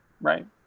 Right